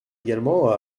également